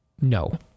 No